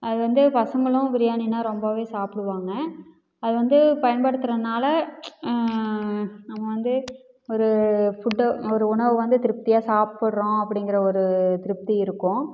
அது வந்து பசங்களும் பிரியாணினால் ரொம்பவே சாப்பிடுவாங்க அது வந்து பயன்படுத்துகிறனால நம்ம வந்து ஒரு ஃபுட்டை ஒரு உணவை வந்து திருப்தியாக சாப்பிட்றோம் அப்படிங்கிற ஒரு திருப்தி இருக்கும்